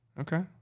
Okay